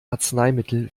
arzneimittel